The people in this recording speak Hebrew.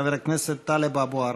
חבר הכנסת טלב אבו עראר.